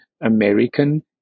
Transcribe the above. American